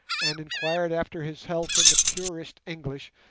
and inquired after his health in the purest english,